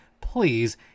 Please